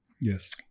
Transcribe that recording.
yes